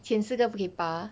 前四个不可以拔